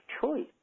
choice